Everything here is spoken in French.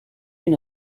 une